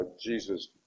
Jesus